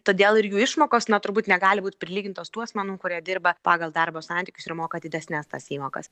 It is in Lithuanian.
todėl ir jų išmokos na turbūt negali būt prilygintos tų asmenų kurie dirba pagal darbo santykius ir moka didesnes tas įmokas